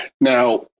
Now